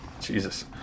Jesus